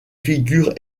figures